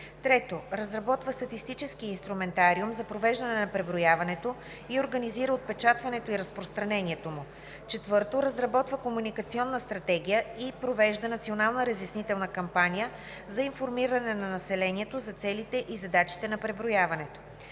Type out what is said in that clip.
3. разработва статистическия инструментариум за провеждане на преброяването и организира отпечатването и разпространението му; 4. разработва комуникационна стратегия и провежда национална разяснителна кампания за информиране на населението за целите и задачите на преброяването;